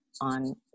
on